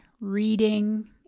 reading